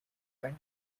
and